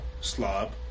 slob